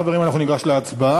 חברים, אנחנו ניגש להצבעה.